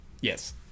Yes